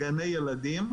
גני ילדים,